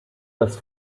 dass